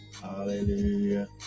Hallelujah